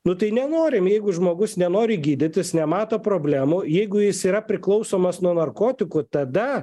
nu tai nenorim jeigu žmogus nenori gydytis nemato problemų jeigu jis yra priklausomas nuo narkotikų tada